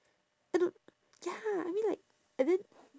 I don't ya I mean like and then